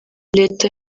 leta